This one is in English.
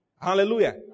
Hallelujah